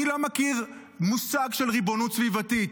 אני לא מכיר מושג של ריבונות סביבתית.